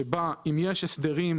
שבה אם יש הסדרים